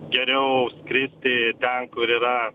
geriau skristi ten kur yra